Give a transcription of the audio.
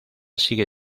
sigue